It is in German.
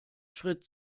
schritt